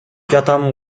жатам